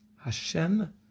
Hashem